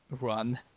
Run